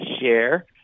share